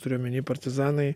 turiu omeny partizanai